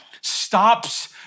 stops